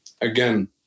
again